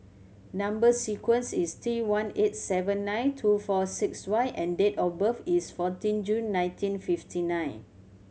number sequence is T one eight seven nine two four six Y and date of birth is fourteen June nineteen fifty nine